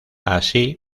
así